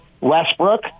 Westbrook